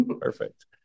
perfect